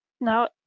Now